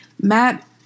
matt